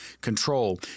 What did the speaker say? control